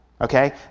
Okay